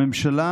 הממשלה